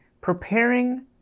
preparing